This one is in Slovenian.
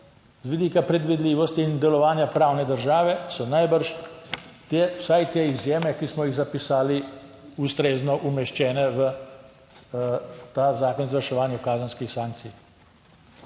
vidika predvidljivosti in delovanja pravne države so najbrž vsaj te izjeme, ki smo jih zapisali, ustrezno umeščene v ta zakon o izvrševanju kazenskih sankcij.